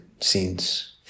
scenes